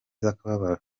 z’akababaro